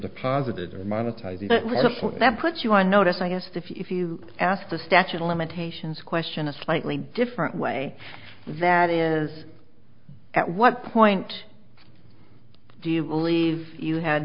deposited or monetize that puts you on notice i guess that if you ask the statute of limitations question a slightly different way that is at what point do you believe you had